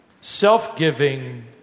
self-giving